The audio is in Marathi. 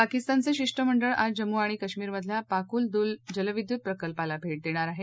पाकिस्तानचं शिष्टमंडळ आज जम्मू आणि काश्मीरमधल्या पाकूल दुल जलविद्युत प्रकल्पाला भेट देणार आहे